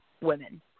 women